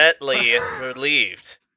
relieved